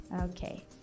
okay